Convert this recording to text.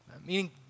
Meaning